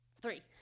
Three